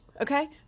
Okay